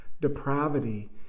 depravity